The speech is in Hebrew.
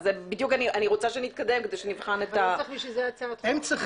אני רוצה שנתקדם כדי שנבחן את ה --- ולא צריך בשביל זה הצעת חוק?